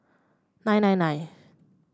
nine nine nine